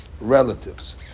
relatives